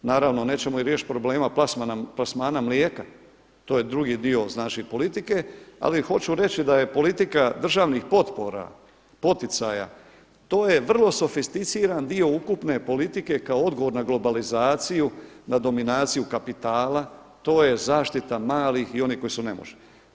Naravno nećemo ih riješiti problema plasmana mlijeka, to je drugi dio politike, ali hoću reći da je politika državnih potpora, poticaja, to je vrlo sofisticiran dio ukupne politike kao odgovor na globalizaciju, na dominaciju kapitala, to je zaštita malih i oni koji su nemoćni.